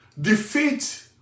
defeat